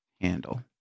handle